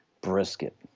brisket